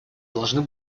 должны